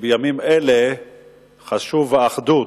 שבימים אלה חשובה האחדות,